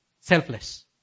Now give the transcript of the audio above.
Selfless